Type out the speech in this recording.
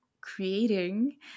creating